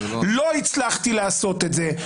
לא הצלחתי לעשות את זה,